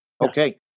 Okay